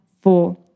four